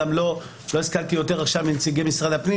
גם לא השכלתי יותר עכשיו מנציגי משרד הפנים